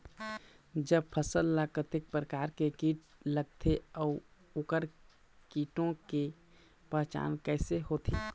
जब फसल ला कतेक प्रकार के कीट लगथे अऊ ओकर कीटों के पहचान कैसे होथे?